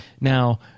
Now